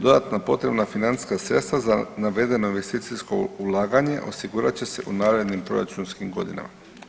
Dodatna potrebna financijska sredstva za navedeno investicijsko ulaganje osigurat će se u narednim proračunskim godinama.